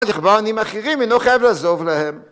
‫לכבר עניים אחרים, ‫אינו לא חייב לעזוב להם.